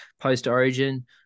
post-origin